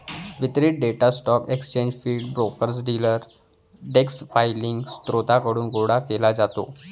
वितरित data stock exchange feed, brokers, dealer desk filing स्त्रोतांकडून गोळा केला जातो